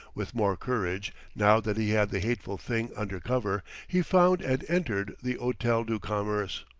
with more courage, now that he had the hateful thing under cover, he found and entered the hotel du commerce.